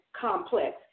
complex